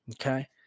Okay